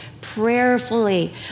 prayerfully